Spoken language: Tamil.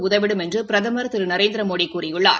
உதவிடும் என்று பிரதமா் திரு நரேந்திர மோடி கூறியுள்ளார்